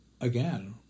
again